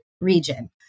region